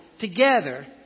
together